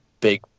big